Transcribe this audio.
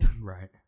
Right